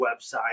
website